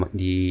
di